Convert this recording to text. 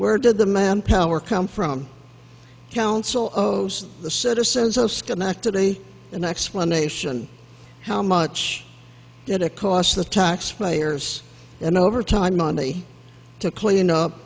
where did the manpower come from council owes the citizens of schenectady an explanation how much did it cost the taxpayers and overtime monday to clean up